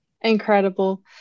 incredible